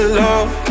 love